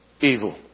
evil